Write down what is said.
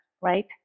right